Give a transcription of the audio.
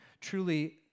truly